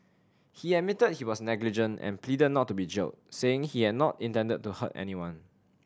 he admitted he was negligent and pleaded not to be jailed saying he had not intended to hurt anyone